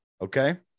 okay